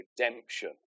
redemption